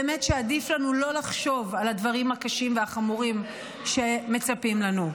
באמת שעדיף לנו לא לחשוב על הדברים הקשים והחמורים שמצפים לנו.